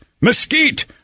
mesquite